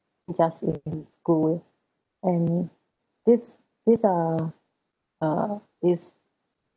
just in school and this this uh uh this